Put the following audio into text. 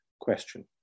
question